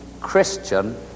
Christian